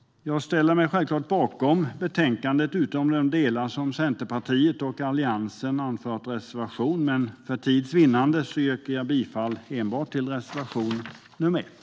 Jag ställer mig självklart bakom förslaget i betänkandet utom i de delar där Centerpartiet och Alliansen anfört reservation, men för tids vinnande yrkar jag bifall enbart till reservation 1.